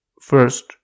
First